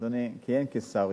אדוני כיהן כשר,